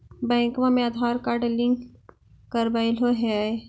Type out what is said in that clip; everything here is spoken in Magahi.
बैंकवा मे आधार कार्ड लिंक करवैलहो है?